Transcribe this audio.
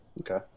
Okay